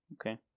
Okay